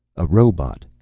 a robot,